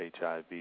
HIV